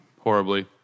horribly